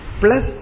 plus